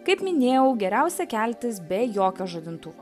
kaip minėjau geriausia keltis be jokio žadintuvo